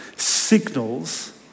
Signals